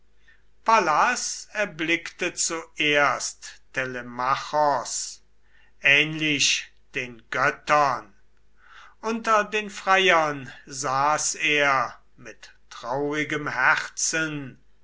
pallas erblickte zuerst telemachos ähnlich den göttern unter den freiern saß er mit traurigem herzen